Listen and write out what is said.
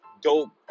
dope